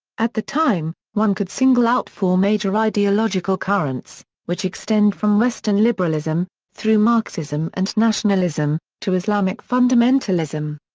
at the time, one could single out four major ideological currents, which extend from western liberalism, through marxism and nationalism, to islamic fundamentalism.